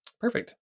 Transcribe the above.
Perfect